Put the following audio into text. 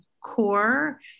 core